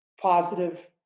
positive